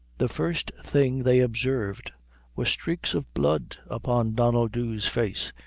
the first thing they observed were streaks of blood upon donnel dhu's face,